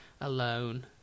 alone